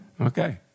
Okay